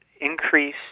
increase